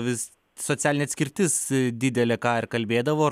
vis socialinė atskirtis didelė ką ir kalbėdavo ar